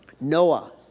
Noah